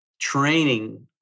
training